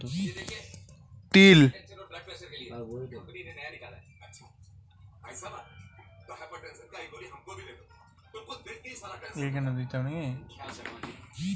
বহুত কম জিনিস পত্র বা অল্প জিনিস পত্র দিয়ে যে চাষ কোরা হচ্ছে